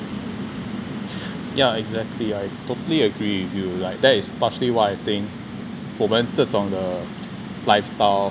yeah exactly I totally agree with you like that is partially why I think 我们这种的 lifestyle